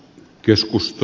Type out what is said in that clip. keskusta